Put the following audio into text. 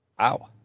Ow